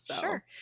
Sure